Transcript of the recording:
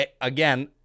again